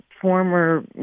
former